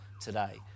today